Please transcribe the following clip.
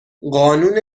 قانون